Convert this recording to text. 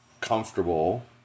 comfortable